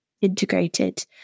integrated